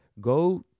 Go